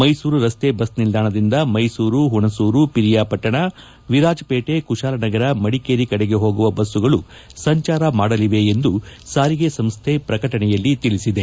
ಮೈಸೂರು ರಸ್ತೆ ಬಸ್ ನಿಲ್ದಾಣದಿಂದ ಮೈಸೂರು ಹುಣಸೂರು ಪರಿಯಾಪಟ್ಟಣ ವಿರಾಜಪೇಟೆ ಕುಶಾಲನಗರ ಮದಿಕೇರಿ ಕಡೆಗೆ ಹೋಗುವ ಬಸ್ಸುಗಳು ಸಂಚಾರ ಮಾಡಲಿವೆ ಎಂದು ಸಾರಿಗೆ ಸಂಸ್ಥೆ ಪ್ರಕಟಣೆಯಲ್ಲಿ ತಿಳಿಸಿದೆ